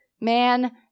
Man